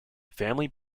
family